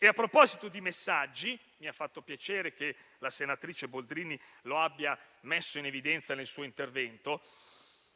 A proposito di messaggi, mi ha fatto piacere che la senatrice Boldrini abbia messo in evidenza questo aspetto nel suo intervento,